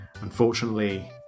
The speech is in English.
Unfortunately